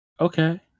okay